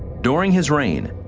during his reign,